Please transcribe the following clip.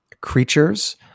creatures